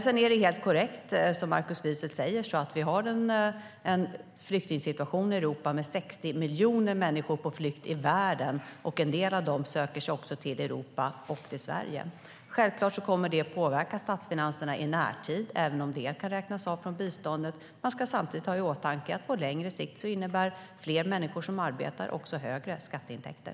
Det är korrekt som Markus Wiechel säger att vi har en flyktingsituation i Europa. 60 miljoner människor är på flykt i världen. En del av dem söker sig till Europa och Sverige. Det kommer självklart att påverka statsfinanserna i närtid, även om det kan räknas av från biståndet. Samtidigt ska man ha i åtanke att på längre sikt innebär fler människor som arbetar också högre skatteintäkter.